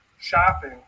shopping